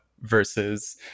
versus